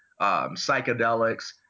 psychedelics